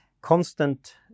constant